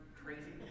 crazy